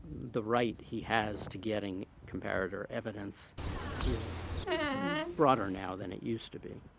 the right he has to getting comparator evidence is broader now than it used to be.